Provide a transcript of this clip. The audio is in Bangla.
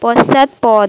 পশ্চাৎপদ